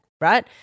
right